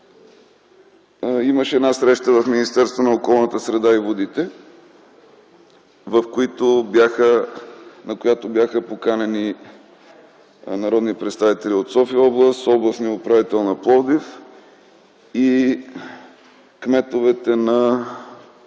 Имаше среща в Министерството на околната среда и водите, на която бяха поканени народни представители от София област, областният управител на Пловдив и кметовете на